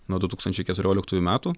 nuo du tūkstančiai keturioliktųjų metų